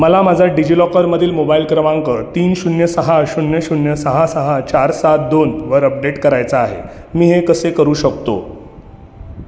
मला माझा डिजिलॉकरमधील मोबाईल क्रमांक तीन शून्य सहा शून्य शून्य सहा सहा चार सात दोनवर अपडेट करायचा आहे मी हे कसे करू शकतो